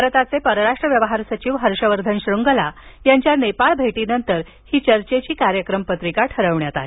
भारताचे परराष्ट्र व्यवहार सचिव हर्षवर्धन श्रंगला यांच्या नेपाळ भेटीनंतर चर्चेची कार्यक्रम पत्रिका ठरवण्यात आली